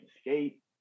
skate